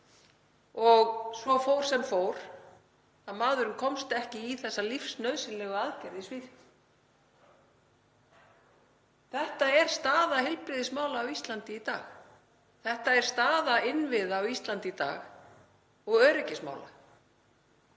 sig. Svo fór sem fór, maðurinn komst ekki í þessa lífsnauðsynlegu aðgerð í Svíþjóð. Þetta er staða heilbrigðismála á Íslandi í dag. Þetta er staða innviða á Íslandi í dag og öryggismála.